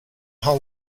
how